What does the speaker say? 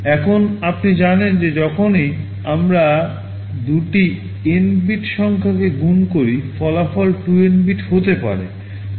এখন আপনি জানেন যে যখনই আমরা দুটি এন বিট সংখ্যাকে গুণ করি ফলাফল 2n বিট হতে পারে